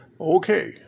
Okay